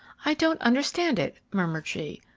i don't understand it, murmured she,